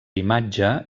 imatge